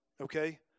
okay